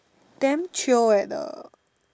damn chio eh the